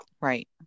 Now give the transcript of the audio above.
Right